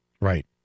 Right